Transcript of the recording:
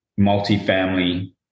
multifamily